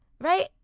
right